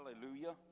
Hallelujah